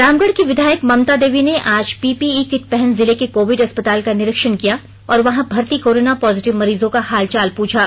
रामगढ की विधायक ममता देवी ने आज पीपीई किट पहन जिले के कोविड अस्पताल का निरीक्षण किया और वहां भर्ती कोरोना पॉजिटिव मरीजों का हालचाल पूछा